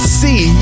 see